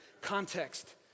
Context